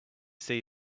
see